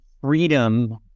freedom